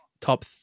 top